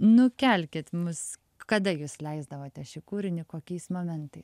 nukelkit mus kada jūs leisdavote šį kūrinį kokiais momentais